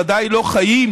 ודאי לא חיים